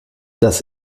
das